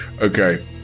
Okay